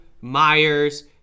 Myers